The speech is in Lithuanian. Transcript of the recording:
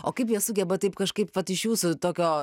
o kaip jie sugeba taip kažkaip vat iš jūsų tokio